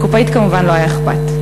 לקופאית כמובן לא היה אכפת.